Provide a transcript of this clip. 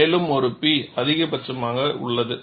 மேலும் ஒரு P அதிகபட்சமும் உள்ளது